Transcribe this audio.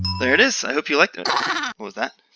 there it is. i hope you liked it! what was that?